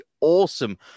awesome